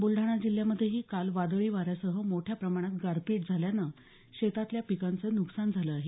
बुलढाणा जिल्ह्यामध्येही काल वादळी वाऱ्यासह मोठ्या प्रमाणात गारपीट झाल्यानं शेतातल्या पिकांचं नुकसान झाल आहे